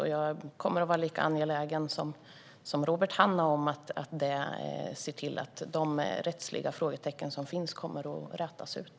Och jag kommer att vara lika angelägen som Robert Hannah om att de rättsliga frågetecken som finns kommer att rätas ut.